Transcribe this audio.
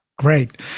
Great